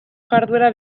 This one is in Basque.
jarduera